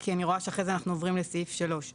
כי אני רואה שאחרי זה אנחנו עוברים לסעיף (3).